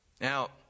Now